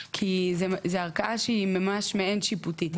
כי זו ערכאה שהיא ממש מאין שיפוטית.